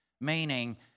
Meaning